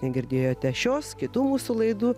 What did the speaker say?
negirdėjote šios kitų mūsų laidų